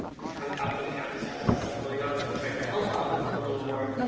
he's kind of out for the count, he's got a lot of stuff going on so i'm trying to help out with him a little more.